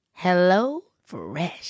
HelloFresh